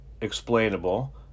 explainable